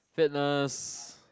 fitness